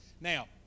Now